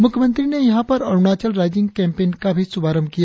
मुख्यमंत्री ने यहाँ पर अरुणाचल राईजिंग कैंपेन का भी शुभारंभ किया